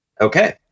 okay